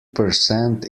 percent